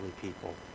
people